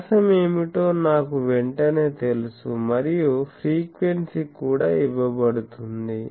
వ్యాసం ఏమిటో నాకు వెంటనే తెలుసు మరియు ఫ్రీక్వెన్సీ కూడా ఇవ్వబడుతుంది